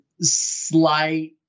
slight